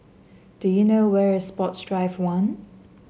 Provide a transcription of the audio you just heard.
do you know where is Sports Drive One